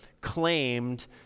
claimed